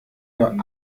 nur